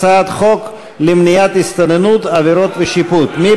הצעת חוק למניעת הסתננות (עבירות ושיפוט) (הוראת שעה),